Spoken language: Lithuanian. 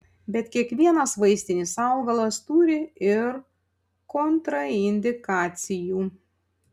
bet kiekvienas vaistinis augalas turi ir kontraindikacijų